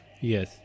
Yes